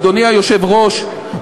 אדוני היושב-ראש,